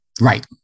Right